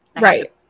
right